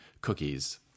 cookies